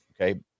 Okay